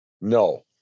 No